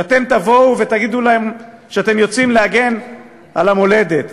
כשאתם תבואו ותגידו להם שאתם יוצאים להגן על המולדת,